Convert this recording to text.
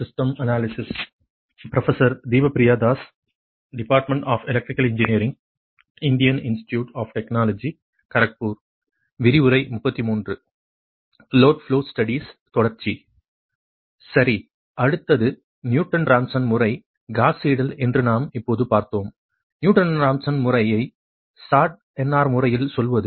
சரி அடுத்தது Newton Raphson முறை Gauss seidel என்று நாம் இப்போது பார்த்தோம் நியூட்டன் ராப்சன் முறை ஐ சாட் NR முறையில் சொல்வது